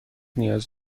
نیاز